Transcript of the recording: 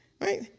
right